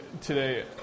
today